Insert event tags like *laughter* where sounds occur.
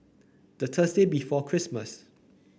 the Thursday *noise* before Christmas